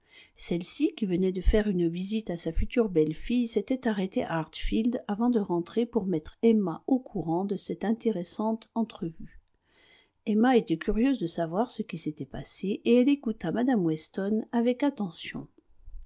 celle-ci qui venait de faire une visite à sa future belle-fille s'était arrêtée à hartfield avant de rentrer pour mettre emma au courant de cette intéressante entrevue emma était curieuse de savoir ce qui s'était passé et elle écouta mme weston avec attention